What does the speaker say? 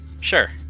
Sure